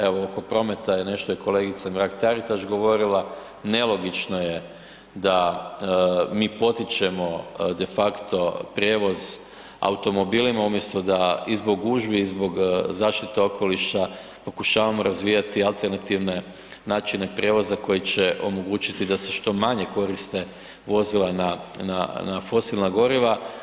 Evo oko prometa je nešto i kolegica Mrak-Tatiraš govorila, nelogično je da mi potičemo defakto prijevoz automobilima umjesto da i zbog gužvi i zbog zaštite okoliša pokušavamo razvijati alternativne načine prijevoza koji će omogućiti da se što manje koriste vozila na, na, na fosilna goriva.